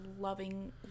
loving